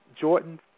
Jordan